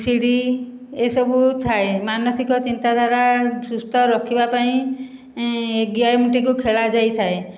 ସିଢ଼ି ଏହିସବୁ ଥାଏ ମାନସିକ ଚିନ୍ତାଧାରା ସୁସ୍ଥ ରଖିବା ପାଇଁ ଏ ଗେମ୍ ଟିକୁ ଖେଳା ଯାଇଥାଏ